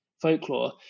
folklore